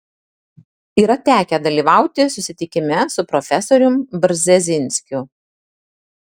yra tekę dalyvauti susitikime su profesorium brzezinskiu